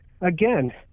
Again